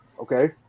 okay